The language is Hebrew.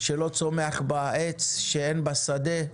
מדינה שלא צומח בה עץ ואין בה שדה?